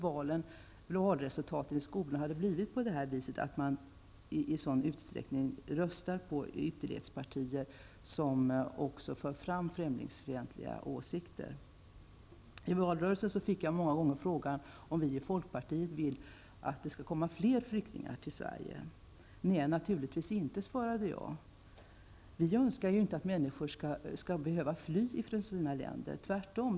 Valresultatet i skolorna hade då kanske inte blivit att eleverna i sådan stor utsträckning röstat på ytterlighetspartier som också för fram främlingsfientliga åsikter. I valrörelsen fick jag många gånger frågan om vi i folkpartiet vill att det skall komma fler flyktingar till Sverige. Nej, naturligtvis inte, svarade jag. Vi önskar inte att människor skall behöva fly från sina länder, tvärtom.